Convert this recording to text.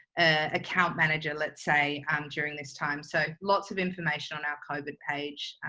account manager, let's say, um during this time, so lots of information on our covid page.